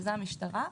שזה המשטרה.